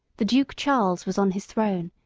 the duke charles was on his throne,